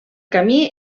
camí